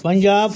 Punjab